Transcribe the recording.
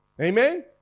Amen